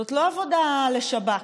זאת לא עבודה לשב"כ,